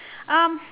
um